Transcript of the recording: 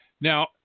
Now